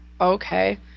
Okay